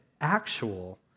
actual